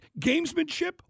gamesmanship